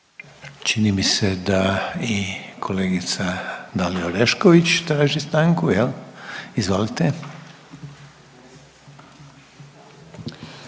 Čini mi se da i kolegica Dalija Orešković traži stanku jel? Izvolite.